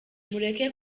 mureke